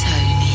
Tony